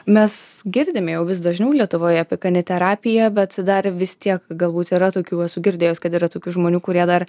mes girdime jau vis dažniau lietuvoje apie kaniterapiją bet dar vis tiek galbūt yra tokių esu girdėjęs kad yra tokių žmonių kurie dar